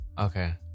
Okay